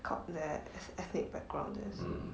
c~ their ethnic background is